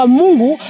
mungu